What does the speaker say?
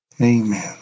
Amen